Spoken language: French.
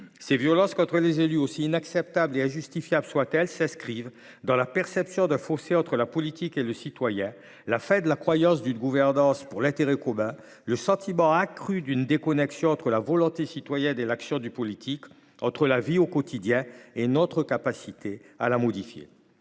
ces violences contre les élus, aussi inacceptables et injustifiables soient elles, s’inscrivent dans la perception d’un fossé entre la politique et le citoyen, la fin de la croyance d’une gouvernance pour l’intérêt commun, le sentiment accru d’une déconnexion entre la volonté citoyenne et l’action du politique, entre la vie au quotidien et notre capacité à la modifier.